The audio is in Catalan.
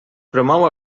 promou